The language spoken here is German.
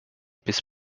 bis